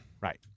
Right